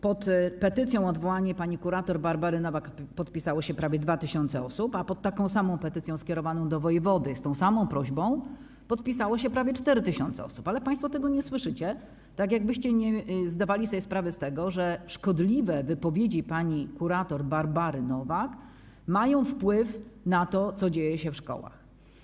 Pod petycją o odwołanie pani kurator Barbary Nowak podpisało się prawie 2 tys. osób, a pod taką samą petycją skierowaną do wojewody z tą samą prośbą podpisało się prawie 4 tys. osób, ale państwo tego nie słyszycie, tak jak byście nie zdawali sobie sprawy z tego, że szkodliwe wypowiedzi pani kurator Barbary Nowak mają wpływ na to, co dzieje się w szkołach.